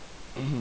mmhmm